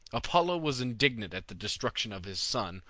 apollo was indignant at the destruction of his son,